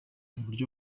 uburyo